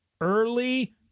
early